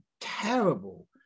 terrible